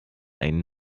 einen